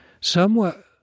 somewhat